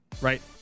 right